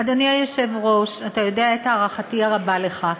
אדוני היושב-ראש, אתה יודע את הערכתי הרבה לך,